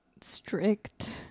strict